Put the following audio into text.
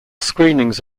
screenings